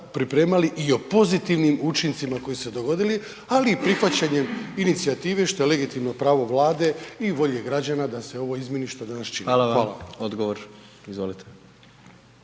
pripremali i o pozitivnim učincima koji su se dogodili, ali i prihvaćanjem inicijative što je legitimno pravo Vlade i volje građana da se ovo izmjeni što danas činimo. **Jandroković,